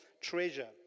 treasure